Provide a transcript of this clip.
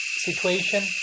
situation